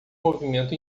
movimento